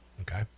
Okay